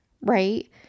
right